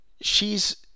shes